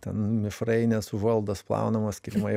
ten mišrainės užuolaidos plaunamos kilimai